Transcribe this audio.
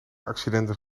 accidenten